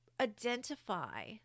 identify